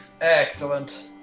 Excellent